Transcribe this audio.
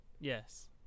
Yes